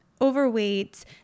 overweight